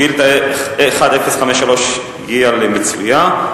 שאילתא 1053 הגיעה למיצויה.